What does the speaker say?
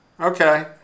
Okay